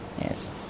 Yes